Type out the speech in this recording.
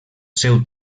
seu